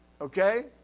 okay